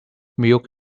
milk